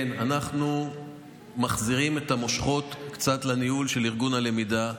אנחנו קצת מחזירים את המושכות לניהול של ארגון הלמידה.